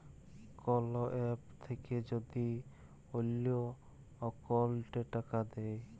call app থাক্যে যদি অল্লো অকৌলটে টাকা দেয়